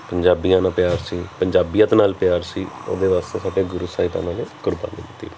ਪੰਜਾਬੀਆਂ ਨਾਲ ਪਿਆਰ ਸੀ ਪੰਜਾਬੀਅਤ ਨਾਲ ਪਿਆਰ ਸੀ ਉਹਦੇ ਵਾਸਤੇ ਸਾਡੇ ਗੁਰੂ ਸਾਹਿਬਾਨਾ ਨੇ ਕੁਰਬਾਨੀ ਦਿੱਤੀ